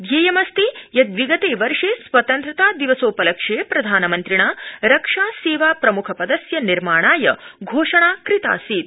ध्येयमस्ति यत् विगते वर्षे स्वतन्त्रता दिवसोपलक्ष्ये प्रधानमन्त्रिणा रक्षा सेवा प्रमुखपदस्य निर्माणाय घोषणा कृतासीत